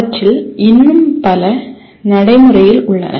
அவற்றில் இன்னும் பல நடைமுறையில் உள்ளன